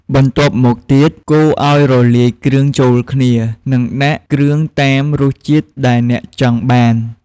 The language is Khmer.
បន្ទាប់មកទៀត កូរឱ្យរលាយគ្រឿងចូលគ្នា និងដាក់គ្រឿងតាមរសជាតិដែលអ្នកចង់បាន។